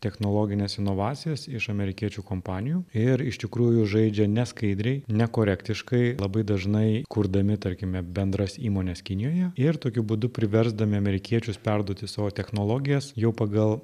technologines inovacijas iš amerikiečių kompanijų ir iš tikrųjų žaidžia neskaidriai nekorektiškai labai dažnai kurdami tarkime bendras įmones kinijoje ir tokiu būdu priversdami amerikiečius perduoti savo technologijas jau pagal